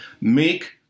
Make